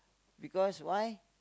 because why